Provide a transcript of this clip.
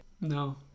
No